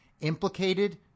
implicated